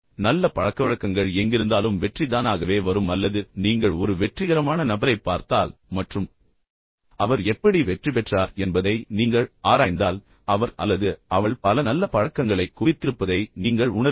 நல்ல பழக்கவழக்கங்கள் எங்கிருந்தாலும் வெற்றி தானாகவே வரும் அல்லது நீங்கள் ஒரு வெற்றிகரமான நபரைப் பார்த்தால் மற்றும் அவர் எப்படி வெற்றி பெற்றார் என்பதை நீங்கள் ஆராய்ந்தால் அவர் அல்லது அவள் பல நல்ல பழக்கங்களைக் குவித்திருப்பதை நீங்கள் உணருவீர்கள்